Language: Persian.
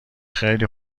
خیلی